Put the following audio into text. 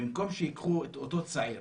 במקום שייקחו את אותו צעיר